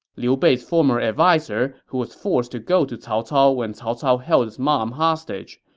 liu bei's former adviser who was forced to go to cao cao when cao cao held his mom hostage.